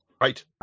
Right